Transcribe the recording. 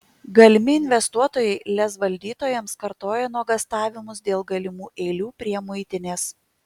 galimi investuotojai lez valdytojams kartojo nuogąstavimus dėl galimų eilių prie muitinės